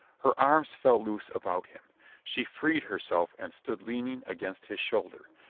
her arms fell loose about him she freed herself and stood leaning against his shoulder,